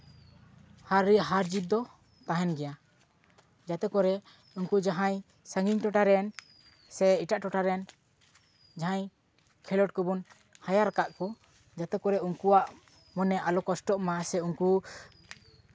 ᱦᱟᱨ ᱡᱤᱛ ᱫᱚ ᱛᱟᱦᱮᱱ ᱜᱮᱭᱟ ᱡᱟᱛᱮ ᱠᱚᱨᱮ ᱩᱱᱠᱩ ᱡᱟᱦᱟᱸᱭ ᱥᱟᱺᱜᱤᱧ ᱴᱚᱴᱷᱟ ᱨᱮᱱ ᱥᱮ ᱮᱴᱟᱜ ᱴᱚᱴᱷᱟ ᱨᱮᱱ ᱡᱟᱦᱟᱸᱭ ᱠᱷᱮᱞᱳᱰ ᱠᱚᱵᱚᱱ ᱦᱟᱭᱟᱨ ᱠᱟᱜ ᱠᱚ ᱡᱟᱛᱮ ᱠᱚᱨᱮ ᱩᱱᱠᱩᱣᱟᱜ ᱢᱚᱱᱮ ᱟᱞᱚ ᱠᱚᱥᱴᱚᱜ ᱢᱟ ᱥᱮ ᱩᱱᱠᱩ